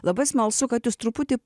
labai smalsu kad jūs truputį